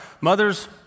Mothers